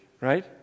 right